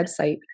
website